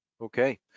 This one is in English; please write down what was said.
okay